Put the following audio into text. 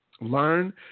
learn